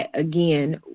again